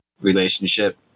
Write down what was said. relationship